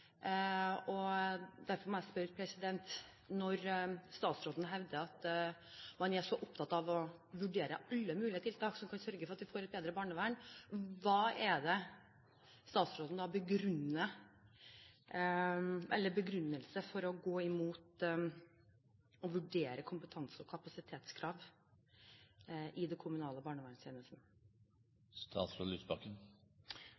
Derfor må jeg spørre: Når statsråden hevder at man er så opptatt av å vurdere alle mulige tiltak som kan sørge for at vi får et bedre barnevern, hva er da statsrådens begrunnelse for å gå imot å vurdere kompetanse- og kapasitetskrav i den kommunale